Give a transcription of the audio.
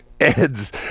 Ed's